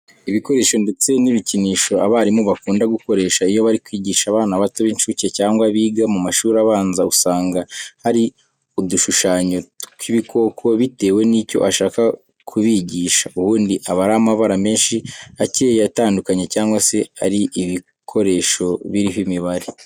Ibikoresho ndetse n'ibikinisho abarimu bakunda gukoresha iyo bari kwigisha abana bato b'incuke cyangwa biga mu mashuri abanza, usanga hari udushushanyo tw'ibikoko bitewe n'icyo ashaka kubigisha, ubundi aba ari amabara menshi akeye atandukanye, cyangwa se ari ibikoresho biriho imibare.